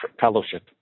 fellowship